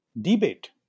debate